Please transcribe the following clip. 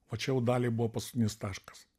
o čia jau daliai buvo paskutinis taškas